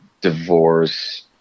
divorce